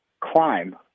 climb